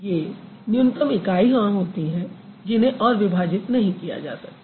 ये न्यूनतम इकाइयां होतीं हैं जिन्हें और विभाजित नहीं किया जा सकता